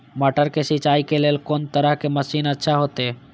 मटर के सिंचाई के लेल कोन तरह के मशीन अच्छा होते?